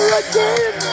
again